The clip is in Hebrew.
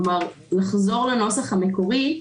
כלומר לחזור לנוסח המקורי.